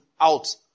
out